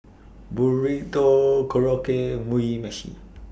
Burrito Korokke Mugi Meshi